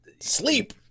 Sleep